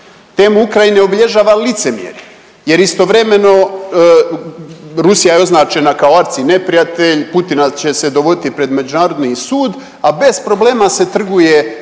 Temu Ukrajine obilježava licemjerje jer istovremeno Rusija je označena kao .../Govornik se ne razumije./... neprijatelj, Putina će se dovoditi pred međunarodni sud, a bez problema se trguje